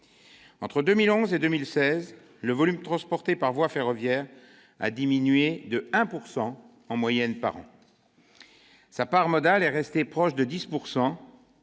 Entre 2011 et 2016, le volume transporté par voie ferroviaire a diminué de 1 % par an en moyenne. Sa part modale est restée proche de 10 %.